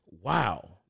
wow